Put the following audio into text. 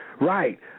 Right